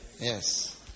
yes